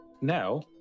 now